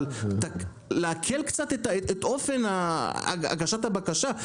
אבל להקל קצת את אופן הגשת הבקשה,